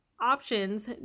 options